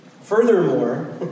Furthermore